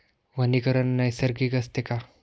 वनीकरण नैसर्गिक असते का?